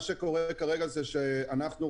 מה שקורה כרגע זה שאנחנו,